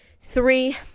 Three